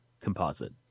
composite